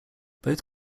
both